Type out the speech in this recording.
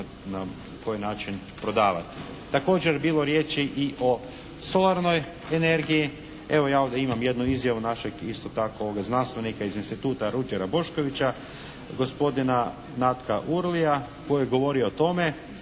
na koji način prodavati. Također je bilo riječi i o solarnoj energiji. Evo ja ovdje imam jednu izjavu našeg isto tako znanstvenika iz instituta Ruđera Boškovića, gospodina Natka Uruja koji govori o tome,